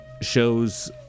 shows